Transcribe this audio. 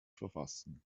verfassen